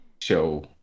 show